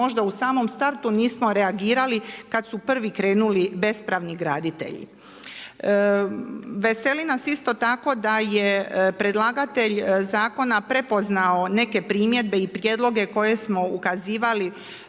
možda u samom startu nismo reagirali kad su prvi krenuli bespravni graditelji. Veseli nas isto tako da je predlagatelj zakona prepoznao neke primjedbe i prijedloge koje smo ukazivali